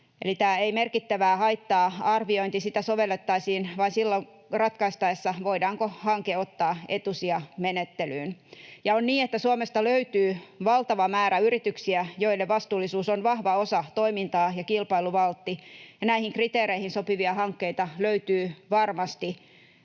eli tätä ei merkittävää haittaa ‑arviointia sovellettaisiin ratkaistaessa, voidaanko hanke ottaa etusijamenettelyyn. On niin, että Suomesta löytyy valtava määrä yrityksiä, joiden vastuullisuus on vahva osa toimintaa ja kilpailuvaltti, ja näihin kriteereihin sopivia hankkeita löytyy varmasti